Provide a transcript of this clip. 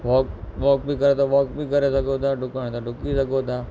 walk walk बि कयो त वॉक बि करे सघो था डुकण त डुकी सघो था